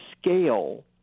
scale